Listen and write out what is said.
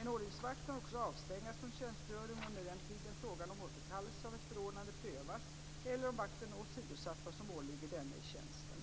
En ordningsvakt kan också avstängas från tjänstgöring under den tiden frågan om återkallelse av ett förordnande prövas eller om vakten åsidosatt vad som åligger denne i tjänsten.